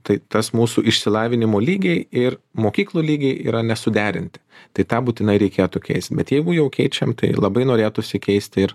tai tas mūsų išsilavinimo lygiai ir mokyklų lygiai yra nesuderinti tai tą būtinai reikėtų keist bet jeigu jau keičiam tai labai norėtųsi keisti ir